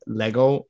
lego